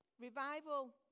Revival